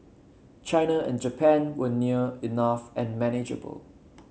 China and Japan were near enough and manageable